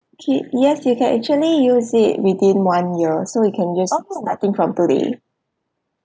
okay yes you can actually use it within one year so you can just use it starting from today